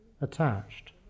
attached